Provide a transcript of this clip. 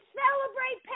celebrate